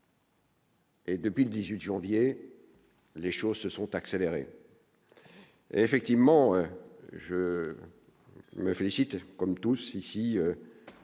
Et depuis le 18 janvier les choses se sont accélérées, effectivement, je me félicite comme tous ici,